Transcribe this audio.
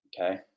Okay